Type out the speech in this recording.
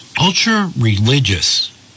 ultra-religious